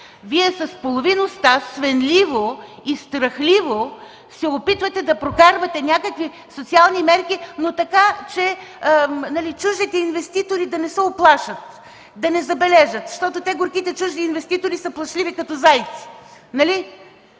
Вие с половин уста, свенливо и страхливо, се опитвате да прокарвате някакви социални мерки, но така, че чуждите инвеститори да не се уплашат, да не забележат. Защото те, горките чужди инвеститори, са плашливи като зайци,